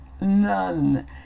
None